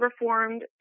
reformed